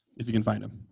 if you can find him.